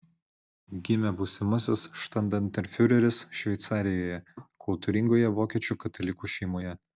gimė būsimasis štandartenfiureris šveicarijoje kultūringoje vokiečių katalikų šeimoje